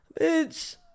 bitch